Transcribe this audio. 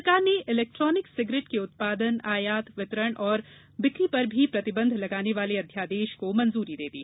सरकार ने electronic cigarette के उत्पादन आयात वितरण और बिक्री पर प्रतिबंध लगाने वाले अध्यादेश को भी मंजुरी दे दी